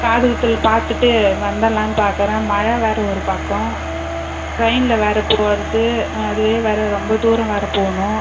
காது குத்தல் பார்த்துட்டு வந்துர்லான்னு பார்க்கறேன் மழை வேறு ஒரு பக்கம் ட்ரெயினில் வேறு போவது அதுவே வேறு ரொம்ப தூரம் வேறு போகணும்